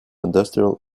industrial